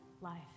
life